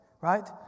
Right